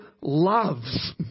loves